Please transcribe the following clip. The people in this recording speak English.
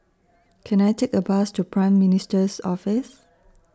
Can I Take A Bus to Prime Minister's Office